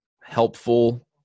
helpful